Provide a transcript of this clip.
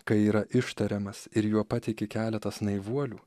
kai yra ištariamas ir juo patiki keletas naivuolių